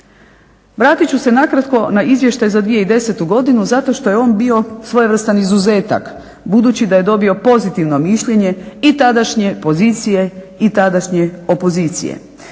Vratit ću se nakratko na izvještaj za 2010. godinu zato što je on bio svojevrstan izuzetak, budući da je dobio pozitivno mišljenje i tadašnje pozicije i tadašnje opozicije.